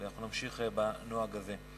ואנחנו נמשיך בנוהג הזה.